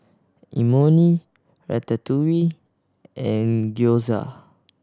Imoni Ratatouille and Gyoza